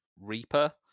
reaper